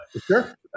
Sure